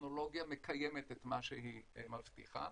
הטכנולוגיה מקיימת את מה שהיא מבטיחה